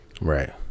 Right